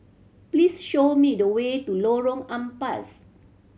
please show me the way to Lorong Ampas